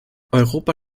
europa